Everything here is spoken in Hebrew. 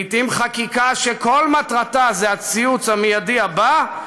לעתים חקיקה שכל מטרתה זה הציוץ המיידי הבא,